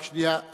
רק שנייה.